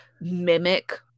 mimic